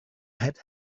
had